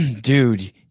Dude